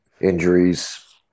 injuries